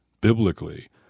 biblically